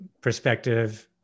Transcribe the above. perspective